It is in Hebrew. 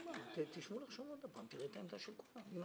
אין